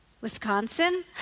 Wisconsin